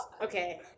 Okay